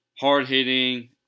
hard-hitting